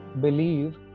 believe